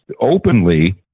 openly